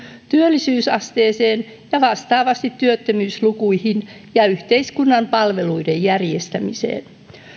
työllisyysasteeseen ja vastaavasti työttömyyslukuihin ja yhteiskunnan palveluiden järjestämiseen